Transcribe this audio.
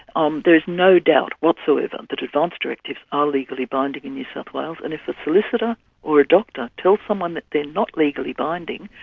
um there is no doubt whatsoever that advance directives are legally binding in new south wales, and if a solicitor or a doctor tells someone that they're not legally binding,